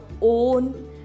own